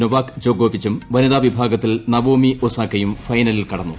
Novak ജോക്കോവിച്ചും വനിതാ വിഭാഗത്തിൽ നവോമി ഒസാക്കയും ഫൈനലിൽ കടന്നു